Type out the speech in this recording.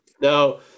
Now